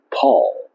Paul